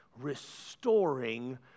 Restoring